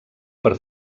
per